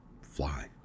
fly